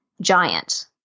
Giant